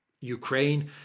Ukraine